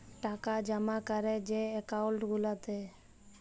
টাকা জমা ক্যরে যে একাউল্ট গুলাতে